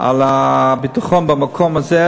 על הביטחון במקום הזה,